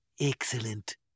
Excellent